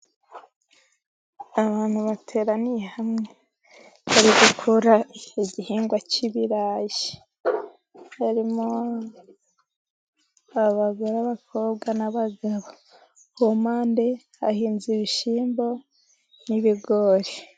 Abantu bateraniye hamwe bari gukura igihingwa cy'ibirayi harimo abagore ,abakobwa n'abagabo kumpande hahinze ibishyimbo n'ibigori.